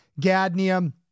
Gadnium